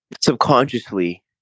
Subconsciously